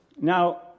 Now